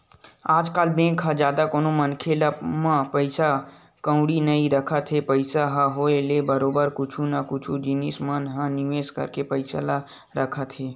आजकल बेंक म जादा कोनो मनखे मन पइसा कउड़ी नइ रखत हे पइसा के होय ले बरोबर कुछु न कुछु जिनिस मन म निवेस करके पइसा ल रखत हे